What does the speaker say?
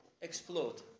explode